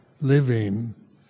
living